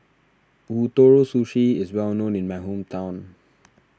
Ootoro Sushi is well known in my hometown